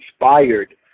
inspired